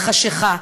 בחשכה".